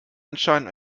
anschein